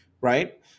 right